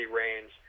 range